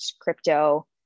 crypto